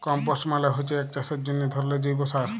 compost মালে হচ্যে এক চাষের জন্হে ধরলের জৈব সার